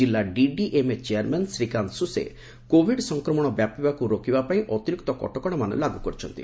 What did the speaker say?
ଜିଲ୍ଲା DDMA chairman Srikant ସୁସେ Covid ସଂକ୍ରମଣ ବ୍ୟାପିବାକୁ ରୋକିବାପାଇଁ ଅତିରିକ୍ତ କଟକଶାମାନ ଲାଗୁ କରିଛନ୍ତି